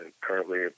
currently